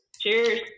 Cheers